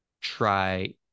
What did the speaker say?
try